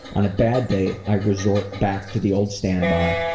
on a bad day, i resort back to the old standby,